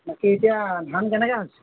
বাকী এতিয়া ধান কেনেকুৱা হৈছে